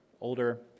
Older